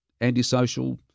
antisocial